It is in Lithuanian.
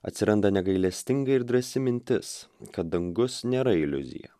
atsiranda negailestinga ir drąsi mintis kad dangus nėra iliuzija